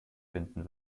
finden